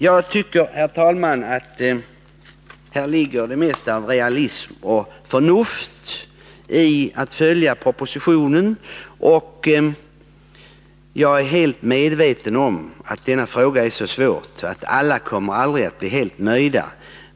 Jag tycker, herr talman, att det mesta av realism och förnuft ligger i att följa propositionen. Jag är helt medveten om att denna fråga är så svår att inte alla kommer att bli helt nöjda.